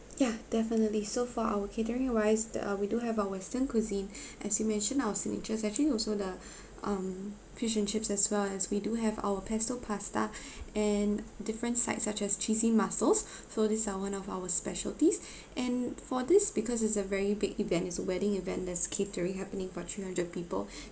yeah definitely so for our catering wise the uh we do have our western cuisine as you mentioned our signature is actually also the um fish and chips as well as we do have our pesto pasta and different sides such as cheesy mussels so these are one of our specialties and for this because it's a very big event it's a wedding event that's catering happening for three hundred people